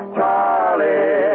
Charlie